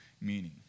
meaning